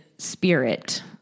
spirit